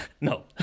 no